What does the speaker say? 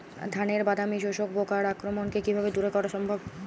ধানের বাদামি শোষক পোকার আক্রমণকে কিভাবে দূরে করা সম্ভব?